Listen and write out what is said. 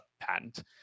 patent